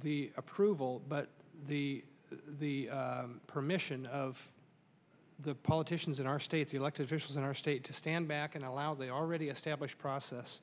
the approval but the the permission of the politicians in our state the elected officials in our state to stand back and allow they already established process